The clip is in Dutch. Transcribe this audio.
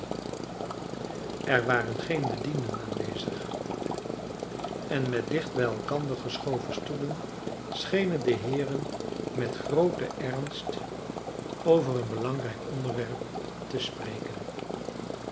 er waren geene bedienden aanwezig en met dicht bij elkander geschoven stoelen schenen de heeren met grooten ernst over een belangrijk onderwerp te spreken